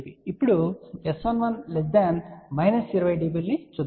ఇప్పుడు S11 20 dB ని చూద్దాం